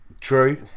True